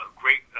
great